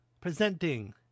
presenting